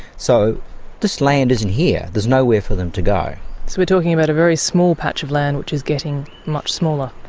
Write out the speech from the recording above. so if this land isn't here, there's nowhere for them to go. so we're talking about a very small patch of land which is getting much smaller?